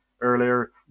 earlier